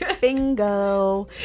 Bingo